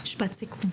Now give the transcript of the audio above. אני מציעה